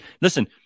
listen